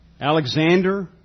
Alexander